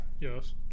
Yes